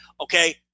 Okay